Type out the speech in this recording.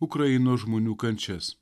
ukrainos žmonių kančias